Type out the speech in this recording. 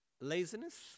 laziness